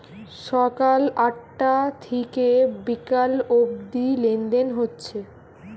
সকাল আটটা থিকে বিকাল অব্দি লেনদেন হচ্ছে